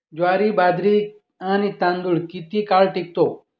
ज्वारी, बाजरी आणि तांदूळ किती काळ टिकतो?